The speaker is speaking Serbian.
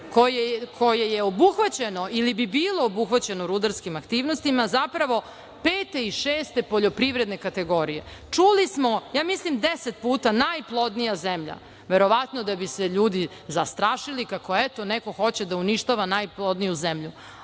koje je obuhvaćeno ili bi bilo obuhvaćeno rudarskim aktivnostima, zapravo pete i šeste poljoprivredne kategorije. Čuli smo, mislim deset puta najplodnija zemlja. Verovatno da bi se ljudi zastrašili, kako eto neko hoće da uništava najplodniju zemlju.